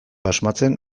asmatzen